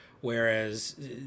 whereas